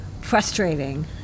frustrating